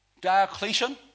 Diocletian